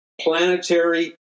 planetary